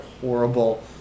horrible